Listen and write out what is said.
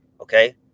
okay